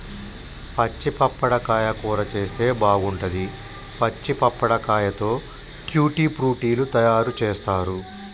పచ్చి పప్పడకాయ కూర చేస్తే బాగుంటది, పచ్చి పప్పడకాయతో ట్యూటీ ఫ్రూటీ లు తయారు చేస్తారు